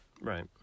Right